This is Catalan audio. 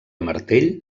martell